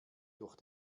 durch